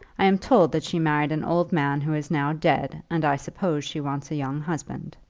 i am told that she married an old man who is now dead, and i suppose she wants a young husband.